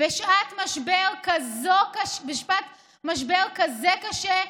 בשעת משבר כזה קשה?